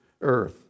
earth